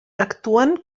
actuen